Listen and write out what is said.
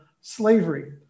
slavery